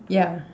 yeah